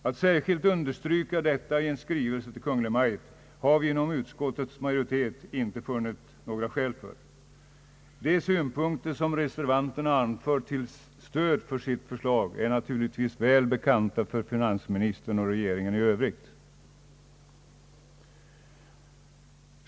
Att särskilt understryka detta i en skrivelse till Kungl. Maj:t har vi inom utskottets majoritet inte funnit skäl för. De synpunkter som reservanterna anfört till stöd för sitt förslag är naturligtvis välbekanta för finansministern och regeringen i övrigt.